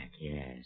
yes